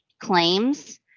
claims